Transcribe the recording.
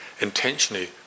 intentionally